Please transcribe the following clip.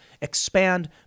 expand